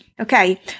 Okay